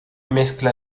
mezcla